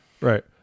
Right